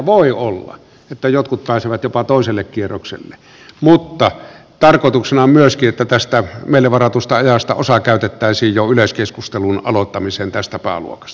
voi olla että jotkut pääsevät jopa toiselle kierrokselle mutta tarkoituksena on myöskin että tästä meille varatusta ajasta osa käytettäisiin jo yleiskeskustelun aloittamiseen tästä pääluokasta